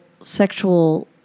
sexual